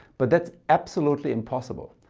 but that's absolutely impossible,